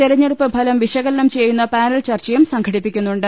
തെരഞ്ഞെടുപ്പ് ഫലം വിശകലനം ചെയ്യുന്ന പാനൽ ചർച്ചയും സംഘടിപ്പിക്കുന്നുണ്ട്